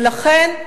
ולכן,